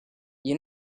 you